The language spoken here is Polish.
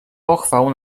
pochwał